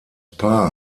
paar